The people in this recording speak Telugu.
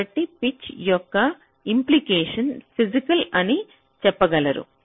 కాబట్టి పిచ్ యొక్క ఇమ్ప్లికేషన్ ఫిజికల్ అని చెప్పగలరు